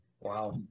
wow